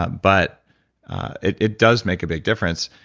ah but it it does make a big difference.